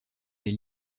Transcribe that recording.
les